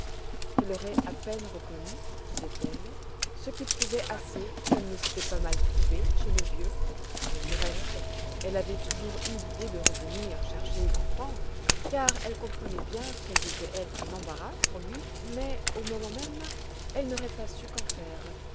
qu'elle aurait à peine reconnue disait-elle ce qui prouvait assez qu'elle ne s'était pas mal trouvée chez le vieux du reste elle avait toujours eu l'idée de revenir chercher l'enfant car elle comprenait bien qu'elle devait être un embarras pour lui mais au moment même elle n'aurait pas su qu'en faire